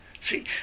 see